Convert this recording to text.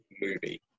movie